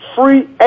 free